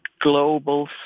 global